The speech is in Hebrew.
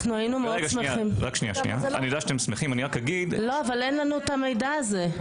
היינו מאוד שמחים אבל אין לנו המידע הזה.